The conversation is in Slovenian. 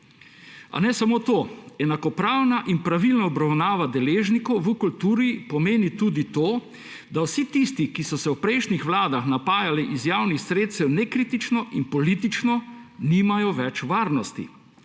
A ne samo to, enakopravna in pravilna obravnava deležnikov v kulturi pomeni tudi to, da vsi tisti, ki so se v prejšnjih vladah napajali iz javnih sredstev nekritično in politično, nimajo več varnosti,